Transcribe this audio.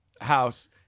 house